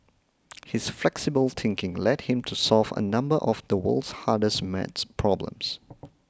his flexible thinking led him to solve a number of the world's hardest math problems